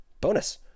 Bonus